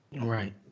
Right